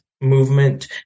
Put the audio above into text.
movement